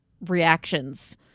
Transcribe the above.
reactions